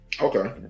okay